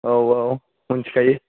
औ औ मिनथिखायो